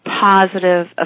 positive